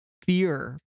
fear